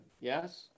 yes